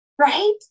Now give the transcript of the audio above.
Right